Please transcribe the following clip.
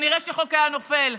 כנראה שהחוק היה נופל,